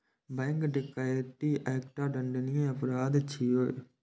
bank डकैती एकटा दंडनीय अपराध छियै